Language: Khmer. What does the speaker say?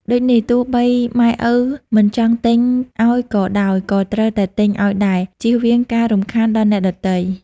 ដូចនេះទោះបីម៉ែឪមិនចង់ទិញឲ្យក៏ដោយក៏ត្រូវតែទិញឲ្យដែរ ជៀសវាងការរំខានដល់អ្នកដទៃ ។